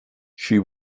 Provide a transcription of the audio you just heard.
she